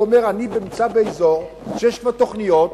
ואומר: אני נמצא באזור שיש בו כבר תוכניות,